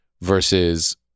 versus